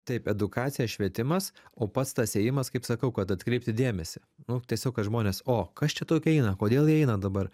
taip edukacija švietimas o pats tas ėjimas kaip sakau kad atkreipti dėmesį nu tiesiog kad žmonės o kas čia tokie eina kodėl jie eina dabar